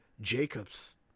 Jacobs